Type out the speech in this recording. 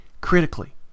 critically